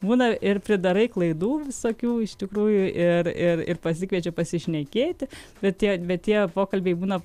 būna ir pridarai klaidų visokių iš tikrųjų ir ir ir pasikviečiu pasišnekėti bet tie bet tie pokalbiai būna